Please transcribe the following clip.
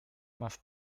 masz